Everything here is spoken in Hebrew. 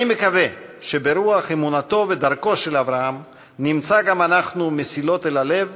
אני מקווה שברוח אמונתו ודרכו של אברהם נמצא גם אנחנו מסילות אל הלב